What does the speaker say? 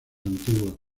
antiguos